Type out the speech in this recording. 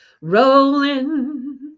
Rolling